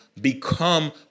become